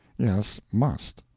yes, must.